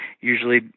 usually